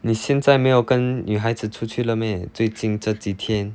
你现在没有跟女孩子出去了 meh 最近这几天